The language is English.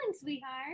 sweetheart